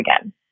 again